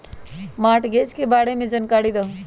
Mortgage के बारे में जानकारी देहु?